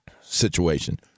situation